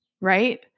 Right